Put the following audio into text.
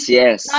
yes